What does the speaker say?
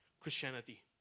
Christianity